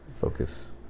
focus